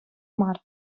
мар